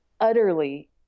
utterly